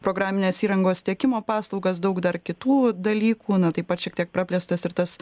programinės įrangos tiekimo paslaugas daug dar kitų dalykų na taip pat šiek tiek praplėstas ir tas